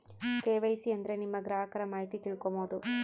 KYC ಅಂದ್ರೆ ನಿಮ್ಮ ಗ್ರಾಹಕರ ಮಾಹಿತಿ ತಿಳ್ಕೊಮ್ಬೋದು